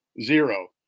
zero